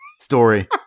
story